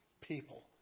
people